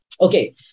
Okay